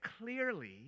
clearly